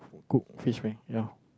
cook fish meh you know